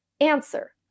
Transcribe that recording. answer